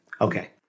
Okay